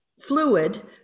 fluid